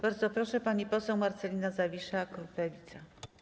Bardzo proszę, pani poseł Marcelina Zawisza, klub Lewica.